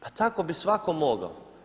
Pa tako bi svatko mogao.